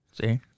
See